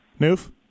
Noof